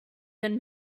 than